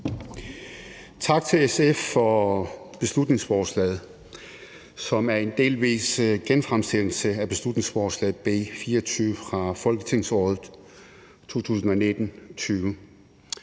Tak til SF for beslutningsforslaget, som er en delvis genfremsættelse af beslutningsforslag B 24 fra folketingsåret 2019-20.